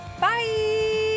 bye